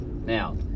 now